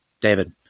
David